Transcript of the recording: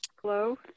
Hello